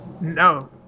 no